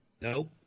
No